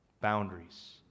boundaries